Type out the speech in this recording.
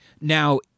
Now